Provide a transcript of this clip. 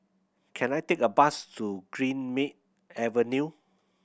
can I take a bus to Greenmead Avenue